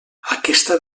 aquesta